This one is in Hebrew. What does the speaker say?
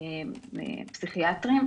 פסיכיאטריים,